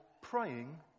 praying